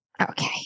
Okay